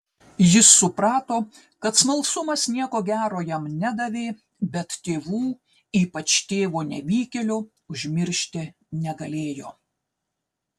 jis suprato kad smalsumas nieko gero jam nedavė bet tėvų ypač tėvo nevykėlio užmiršti negalėjo